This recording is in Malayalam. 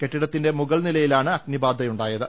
കെട്ടി ടത്തിന്റെ മുകൾ നിലയിലാണ് അഗ്നിബാധയുണ്ടായത്